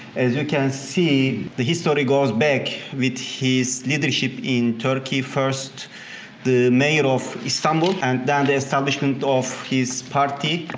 as we can see the history goes back with his leadership in turkey from the mayor of istanbul and then the establishment of his party,